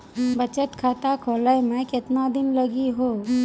बचत खाता खोले मे केतना दिन लागि हो?